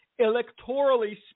electorally